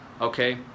okay